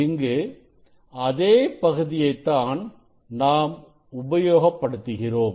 இங்கு அதே பகுதியைத்தான் நாம் உபயோகப்படுத்துகிறோம்